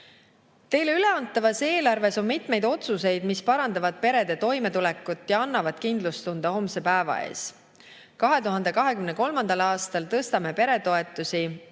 Teile üleantavas eelarves on mitmeid otsuseid, mis parandavad perede toimetulekut ja annavad kindlustunde homse päeva ees. 2023. aastal tõstame suurperede toetusi